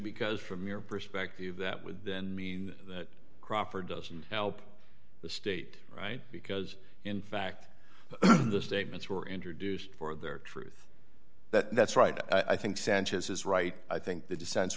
because from your perspective that would then mean that crawford doesn't help the state right because in fact the statements were introduced for their truth that's right i think sanchez is right i think the dissents